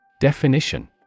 Definition